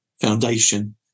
foundation